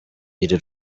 iri